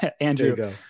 Andrew